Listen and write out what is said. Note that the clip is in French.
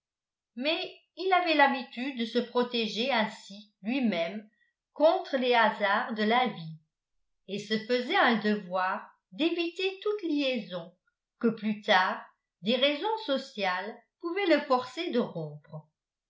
mais il avait l'habitude de se protéger ainsi lui-même contre les hasards de la vie et se faisait un devoir d'éviter toute liaison que plus tard des raisons sociales pouvaient le forcer de rompre